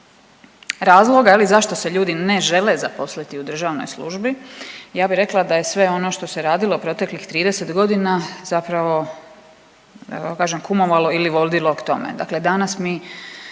razloga je li zašto se ljudi ne žele zaposliti u državnoj službi. Ja bi rekla da je sve ono što se radilo proteklih 30 godina zapravo da kažem kumovalo ili vodilo k tome. Dakle, danas mi